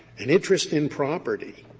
an interest in property,